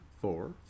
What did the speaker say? four